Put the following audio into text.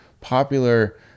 popular